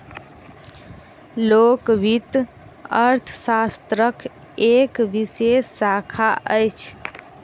लोक वित्त अर्थशास्त्रक एक विशेष शाखा अछि